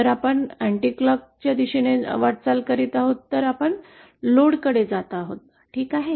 जर आपण अँटीक्लॉकच्या दिशेने वाटचाल करीत आहोत तर आपण लोडकडे जात आहोत ठीक आहे